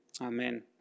Amen